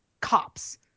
cops